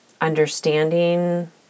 understanding